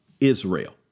Israel